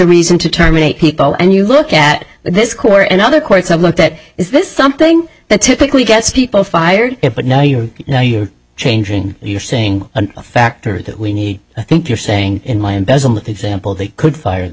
reason to terminate people and you look at this court and other courts have looked at is this something that typically gets people fired but now you know you're changing you're seeing a factor that we need i think you're saying in my embezzlement example they could fire the